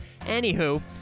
Anywho